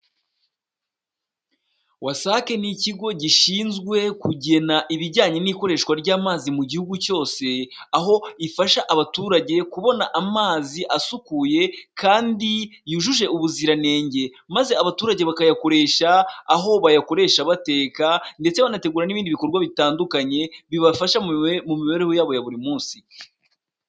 Wasake ni ikigo gishinzwe kugena ibijyanye n'ikoreshwa ry'amazi mu gihugu cyose, aho ifasha abaturage kubona amazi asukuye kandi yujuje ubuziranenge, maze abaturage bakayakoresha, aho bayakoresha bateka ndetse banategura n'ibindi bikorwa bitandukanye, bibafasha mu mibereho yabo ya buri munsi.